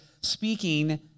speaking